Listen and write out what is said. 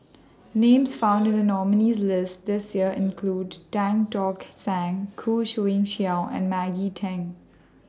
Names found in The nominees' list This Year include Tan Tock San Khoo Swee Chiow and Maggie Teng